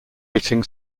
racing